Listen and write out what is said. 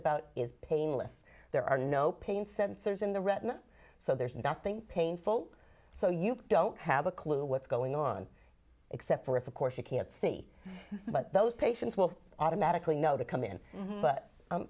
about is painless there are no pain sensors in the retina so there's nothing painful so you don't have a clue what's going on except for if of course you can't see but those patients will automatically know they come in but